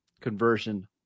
conversion